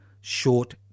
short